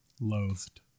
Loathed